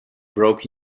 broke